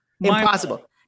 Impossible